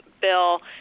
bill